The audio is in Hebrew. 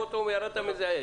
מהמערות או שירדת מאיזה עץ.